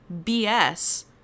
BS